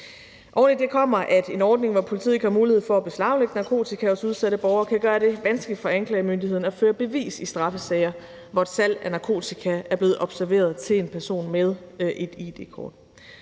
Oven i det kommer, at en ordning, hvor politiet ikke har mulighed for at beslaglægge narkotika hos udsatte borgere, kan gøre det vanskeligt for anklagemyndigheden at føre bevis i straffesager, hvor et salg af narkotika er blevet observeret til en person med et id-kort.